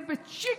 זה בצ'יק,